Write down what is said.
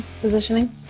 positioning